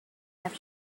have